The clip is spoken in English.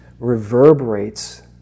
reverberates